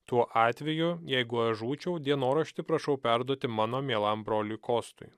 tuo atveju jeigu aš žūčiau dienoraštį prašau perduoti mano mielam broliui kostui